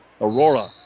Aurora